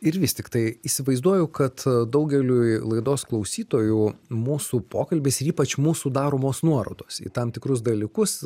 ir vis tiktai įsivaizduoju kad daugeliui laidos klausytojų mūsų pokalbis ir ypač mūsų daromos nuorodos į tam tikrus dalykus